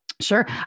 Sure